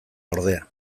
ordea